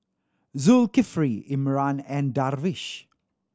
Zulkifli Imran and Darwish